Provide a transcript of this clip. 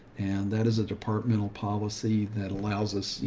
and that is a departmental policy that allows us, you